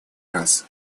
раз